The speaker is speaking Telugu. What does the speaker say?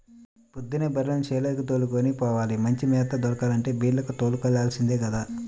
పొద్దున్నే బర్రెల్ని చేలకి దోలుకొని పోవాల, మంచి మేత దొరకాలంటే బీల్లకు తోలుకెల్లాల్సిందే గదా